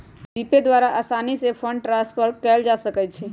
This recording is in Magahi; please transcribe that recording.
जीपे द्वारा असानी से फंड ट्रांसफर कयल जा सकइ छइ